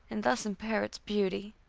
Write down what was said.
and thus impair its beauty.